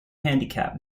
handicap